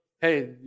hey